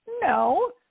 No